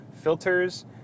filters